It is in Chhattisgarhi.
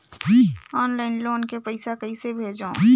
ऑनलाइन लोन के पईसा कइसे भेजों?